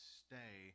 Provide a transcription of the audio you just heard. stay